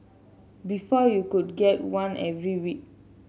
before you could get one every week